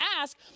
ask